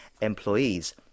employees